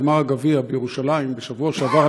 גמר גביע בירושלים בשבוע שעבר,